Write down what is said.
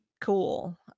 cool